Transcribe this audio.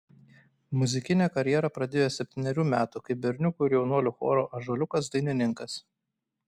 muzikinę karjerą pradėjo septynerių metų kaip berniukų ir jaunuolių choro ąžuoliukas dainininkas